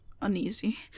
uneasy